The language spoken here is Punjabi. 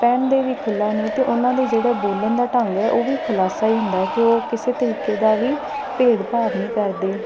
ਪਹਿਨਦੇ ਵੀ ਖੁੱਲ੍ਹਾ ਨੇ ਅਤੇ ਉਹਨਾਂ ਦੇ ਜਿਹੜਾ ਬੋਲਣ ਦਾ ਢੰਗ ਹੈ ਉਹ ਵੀ ਖੁਲਾਸਾ ਹੀ ਹੁੰਦਾ ਹੈ ਕਿ ਉਹ ਕਿਸੇ ਤਰੀਕੇ ਦਾ ਵੀ ਭੇਦਭਾਵ ਨਹੀਂ ਕਰਦੇ